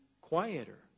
quieter